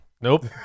Nope